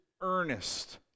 earnest